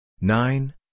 nine